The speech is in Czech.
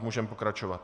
Můžeme pokračovat.